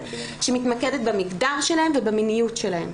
שמתמקדת במגדר שלהן ובמיניות שלהן.